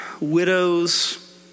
widows